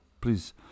please